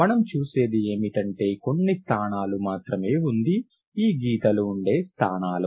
మనం చూసేది ఏమిటంటే కొన్ని స్థానాలు మాత్రమే ఉంది ఈ గీతలు ఉండే స్థానాలు